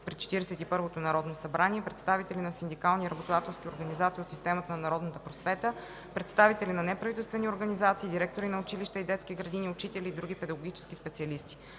първото народно събрание, представители на синдикални и работодателски организации от системата на народната просвета, представители на неправителствени организации, директори на училища и детски градини, учители и други педагогически специалисти.